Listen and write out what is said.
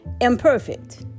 imperfect